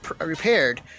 repaired